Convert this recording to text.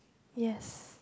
yes